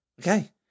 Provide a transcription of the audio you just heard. Okay